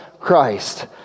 Christ